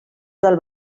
del